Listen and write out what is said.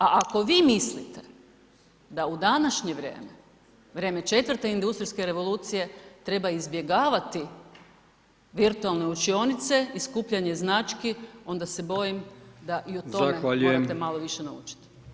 A ako vi mislite da u današnje vrijeme, vrijeme IV. industrijske revolucije treba izbjegavati virtualne učionice i skupljanje znači, onda se bojim da i o tome morate malo više naučiti.